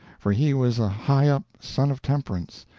for he was a high-up son of temperance,